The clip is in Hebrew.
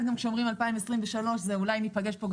וחוץ מזה, מה